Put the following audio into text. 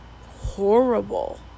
horrible